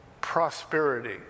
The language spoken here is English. prosperity